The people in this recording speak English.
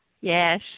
Yes